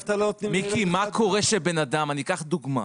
מה קורה כשבן אדם אני אקח דוגמה